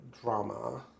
drama